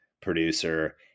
producer